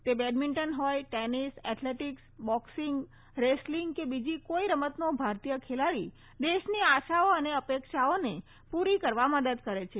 તે બેડમિન્ટ હોય tennis athletics boxing wrestling કે બીજી કોઇ રમતનો ભારતીય ખેલાડી દેશની આશાઓ અને અપેક્ષાઓને પૂરી કરવા મદદ કરે છે